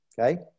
okay